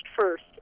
first